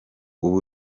ubu